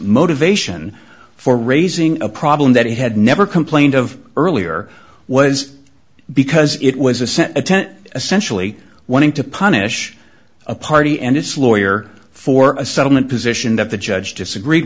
motivation for raising a problem that he had never complained of earlier was because it was a cent a ten essentially wanting to punish a party and its lawyer for a settlement position that the judge disagreed